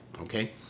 okay